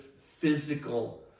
physical